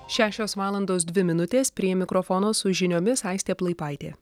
šešios valandos dvi minutės prie mikrofono su žiniomis aistė plaipaitė